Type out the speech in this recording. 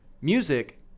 music